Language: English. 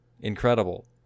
incredible